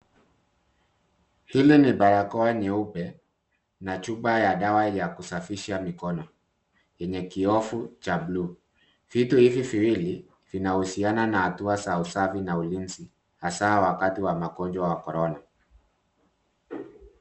Hili ni barakoa nyeupe na chupa ya dawa ya kusafisha mikono, yenye kiofu cha blue . Vitu hivi viwili vinahusiana na hatua za usafi na ulinzi, hasa wakati wa magonjwa wa korona.